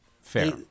Fair